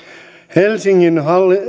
helsingin